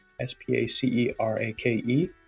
S-P-A-C-E-R-A-K-E